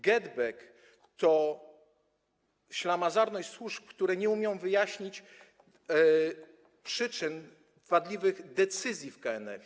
GetBack to ślamazarność służb, które nie umieją wyjaśnić przyczyn wadliwych decyzji w KNF.